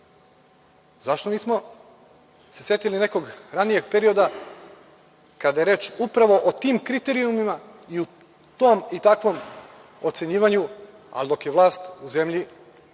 zašto nismo se setili nekog ranijeg perioda kada je reč upravo o tim kriterijumima i o tom i takvom ocenjivanju, ali dok je vlast u zemlji